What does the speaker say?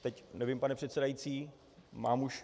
Teď nevím, pane předsedající, mám už...